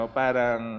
parang